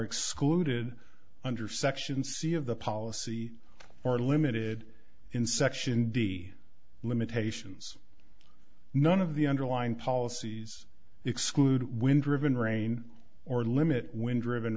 excluded under section c of the policy or limited in section d limitations none of the underlying policies exclude wind driven rain or limit wind driven